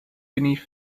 beneath